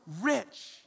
rich